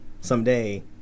someday